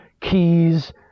keys